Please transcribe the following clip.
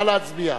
נא להצביע.